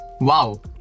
Wow